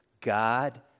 God